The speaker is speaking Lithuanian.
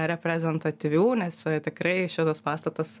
reprezentatyvių nes tikrai šitas pastatas